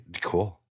Cool